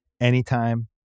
anytime